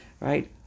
right